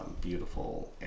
beautiful